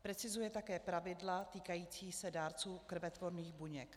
Precizuje také pravidla týkající se dárců krvetvorných buněk.